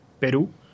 Peru